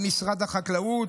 עם משרד החקלאות,